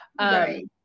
right